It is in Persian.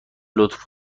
لطف